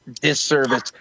disservice